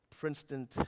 Princeton